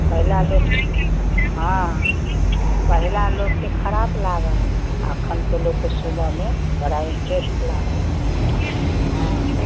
पहिला लोक हँ पहिला लोकके खराब लागल आ अखनिके लोककेँ सुनऽमे बड़ा इंट्रेस्ट लागल हँ